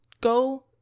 go